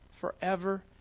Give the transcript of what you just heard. forever